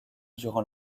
durant